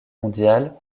mondiale